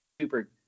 super